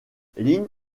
lynn